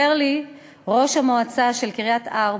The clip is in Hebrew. פרשת המיסוי, דוח ששינסקי 1. הממשלה,